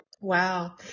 wow